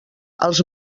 els